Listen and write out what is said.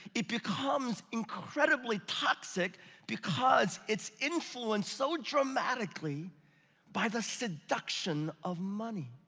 it becomes incredibly toxic because it's influenced so dramatically by the seduction of money.